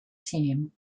team